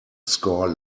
score